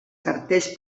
cartells